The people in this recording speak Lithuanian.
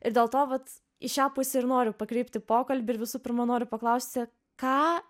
ir dėl to vat į šią pusę ir noriu pakreipti pokalbį ir visų pirma noriu paklausti ką